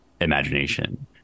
imagination